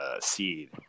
seed